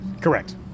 Correct